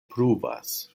pruvas